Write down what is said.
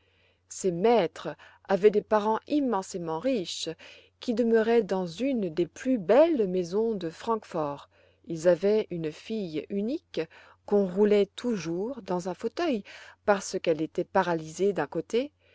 ses maîtres avaient des parents immensément riches qui demeuraient dans une des plus belles maisons de francfort ils avaient une fille unique qu'on roulait toujours dans un fauteuil parce qu'elle était paralysée d'un côté